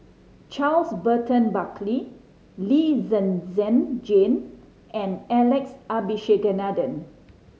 Charles Burton Buckley Lee Zhen Zhen Jane and Alex Abisheganaden